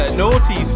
naughty